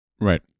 Right